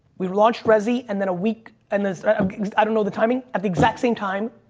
we launched rezi and then a week, and then i don't know the timing at the exact same time.